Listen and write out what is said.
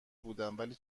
بودم، ولی